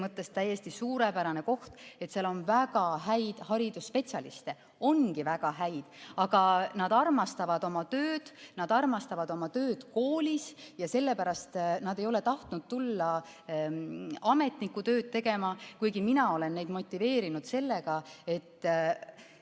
mõttes täiesti suurepärane koht, et seal on väga häid haridusspetsialiste – ongi väga häid! –, aga nad armastavad oma tööd, nad armastavad oma tööd koolis ja sellepärast nad ei ole tahtnud tulla ametnikutööd tegema, kuigi mina olen neid motiveerinud sellega, et